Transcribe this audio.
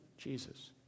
Jesus